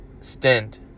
stint